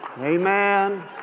Amen